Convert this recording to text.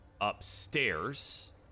upstairs